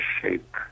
shape